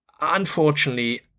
unfortunately